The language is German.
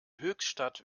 höchstadt